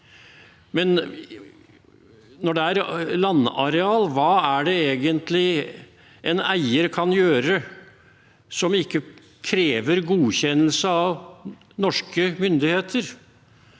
men når det er landareal, hva er det egentlig en eier kan gjøre som ikke krever godkjennelse av norske myndigheter?